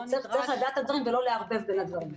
צריך לדעת את הדברים ולא לערבב בין הדברים.